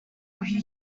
who